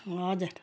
हजुर